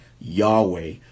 Yahweh